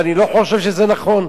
ואני לא חושב שזה נכון.